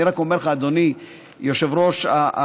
אני רק אומר לך, אדוני יושב-ראש הישיבה,